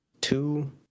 Two